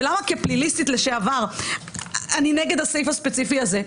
ולמה כ"פליליסטית" לשעבר אני נגד הסעיף הספציפי הזה?